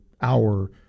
hour